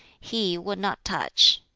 he would not touch.